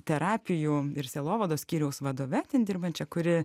terapijų ir sielovados skyriaus vadove ten dirbančia kuri